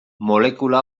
molekula